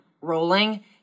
rolling